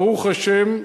ברוך השם,